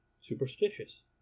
superstitious